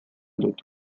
dut